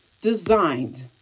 designed